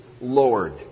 Lord